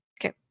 Okay